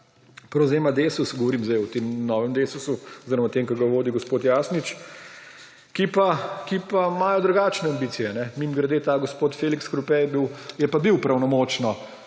prevzema Desus, govorim zdaj o tem novem Desusu oziroma o tem, ki ga vodi gospod Jasnič, ki pa imajo drugačne ambicije. Mimogrede, ta gospod Felix Krope pa je bil pravnomočno